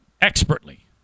expertly